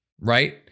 right